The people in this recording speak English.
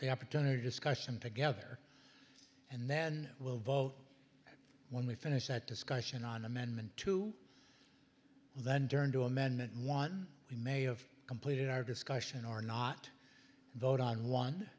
the opportunity discussion together and then we'll vote when we finish that discussion on amendment two then turn to amendment one in may of completed our discussion are not vote on one